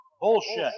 Bullshit